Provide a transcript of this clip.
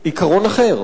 עיקרון אחר,